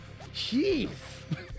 Jeez